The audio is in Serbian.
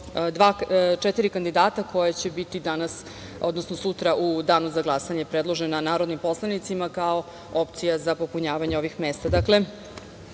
četiri kandidata koji će biti danas, odnosno sutra u danu za glasanje predloženi narodnim poslanicima kao opcija za popunjavanje ovih mesta. Kao